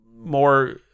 more